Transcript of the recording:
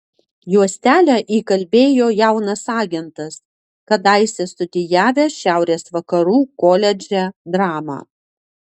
juostelę įkalbėjo jaunas agentas kadaise studijavęs šiaurės vakarų koledže dramą